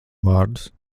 vārdus